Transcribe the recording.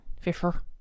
Fisher